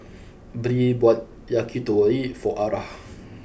Bree bought Yakitori for Arah